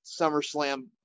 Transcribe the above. SummerSlam